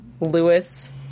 Lewis